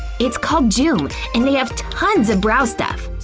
it's called joom and they have tons of brow stuff.